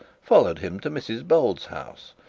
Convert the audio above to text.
followed him to mrs bold's house,